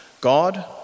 God